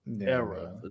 era